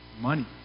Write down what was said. Money